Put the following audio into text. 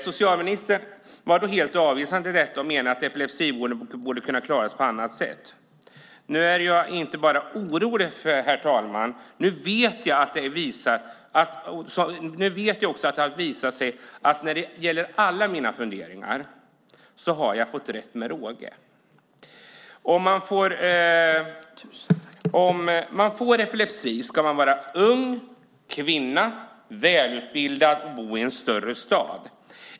Socialministern var helt avvisande till detta och menade att epilepsivården borde kunna klara sig på annat sätt. Nu är jag inte bara orolig, herr talman, utan nu vet jag. Det har visat sig att jag när det gäller alla mina funderingar har fått rätt med råge. Om man får epilepsi ska man vara ung, kvinna, välutbildad och bo i en större stad.